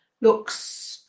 looks